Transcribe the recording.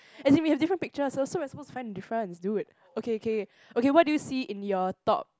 as in we have different pictures so so we're supposed to find the difference dude okay okay okay what do you see in your top